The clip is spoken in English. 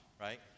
right